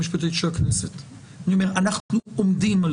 אנחנו נכשלנו